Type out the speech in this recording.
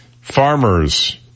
Farmers